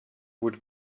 would